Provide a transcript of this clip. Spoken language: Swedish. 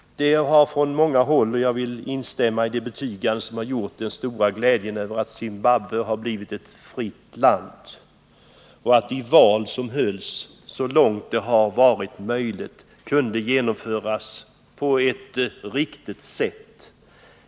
Jag vill också instämma i de mångas gläjde över att Zimbabwe har blivit ett fritt land, och det är glädjande att det val som hölls så långt möjligt kunde genomföras på ett riktigt sätt.